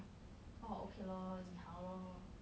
orh okay lor 你好 lor